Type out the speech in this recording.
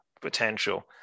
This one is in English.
potential